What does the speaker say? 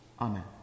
Amen